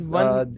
one